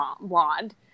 blonde